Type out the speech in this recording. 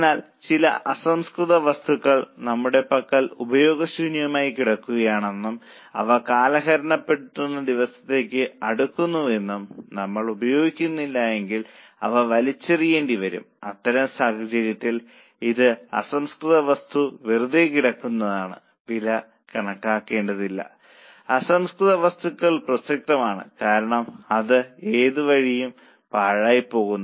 എന്നാൽ ചില അസംസ്കൃത വസ്തുക്കൾ നമ്മുടെ പക്കൽ ഉപയോഗശൂന്യമായി കിടക്കുകയാണെന്നും അവ കാലഹരണപ്പെടുന്ന ദിവസത്തോട് അടുക്കുന്നുവെന്നും കരുതുക നമ്മൾ അത് ഉപയോഗിക്കുന്നില്ലെങ്കിൽ അവ വലിച്ചെറിയേണ്ടിവരും അത്തരം സാഹചര്യത്തിൽ ഈ അസംസ്കൃത വസ്തു വെറുതെ കിടക്കുകയാണ് ഈ അസംസ്കൃത വസ്തുക്കളുടെ വില പ്രസക്തമാണെന്ന് കണക്കാക്കിയേക്കില്ല കാരണം അത് ഏത് വഴിയും പാഴായിപ്പോകുന്നു